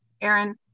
Aaron